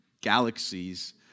galaxies